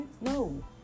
no